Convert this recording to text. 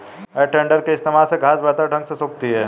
है टेडर के इस्तेमाल से घांस बेहतर ढंग से सूखती है